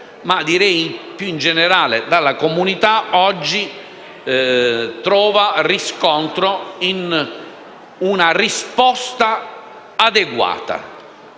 ma più in generale della comunità) oggi trova riscontro e una risposta adeguata.